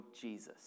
Jesus